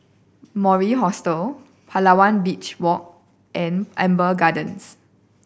Mori Hostel Palawan Beach Walk and Amber Gardens